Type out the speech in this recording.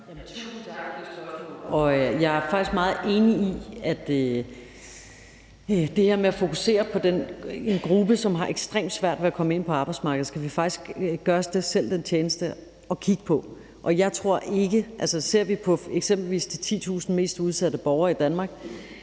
Jeg er faktisk meget enig i, at den her gruppe, som har ekstremt svært ved at komme ind på arbejdsmarkedet, skal vi faktisk gøre os selv den tjeneste at kigge på. Vi har eksempelvis valgt at lade samme lovgivning gælde de 10.000 mest udsatte borgere som